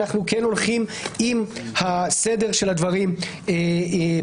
אנחנו כן הולכים עם הסדר של הדברים בהצעה